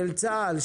של צה"ל,